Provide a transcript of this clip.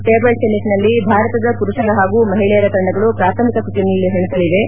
table ಟೆನಿಸ್ನಲ್ಲಿ ಭಾರತದ ಪುರುಷರ ಹಾಗೂ ಮಹಿಳಿಯರ ತಂಡಗಳು ಪ್ರಾಥಮಿಕ ಸುತ್ತಿನಲ್ಲಿ ಸೆಣಸಲಿವೆ